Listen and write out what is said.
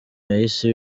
byahise